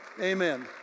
Amen